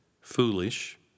foolish